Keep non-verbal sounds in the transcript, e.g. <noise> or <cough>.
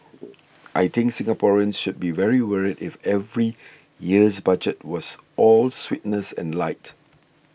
<noise> I think Singaporeans should be very worried if every year's Budget was all sweetness and light